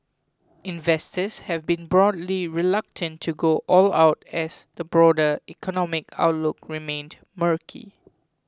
investors have been broadly reluctant to go all out as the broader economic outlook remained murky